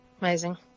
Amazing